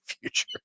future